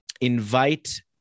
invite